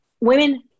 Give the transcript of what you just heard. Women